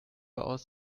aus